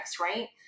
right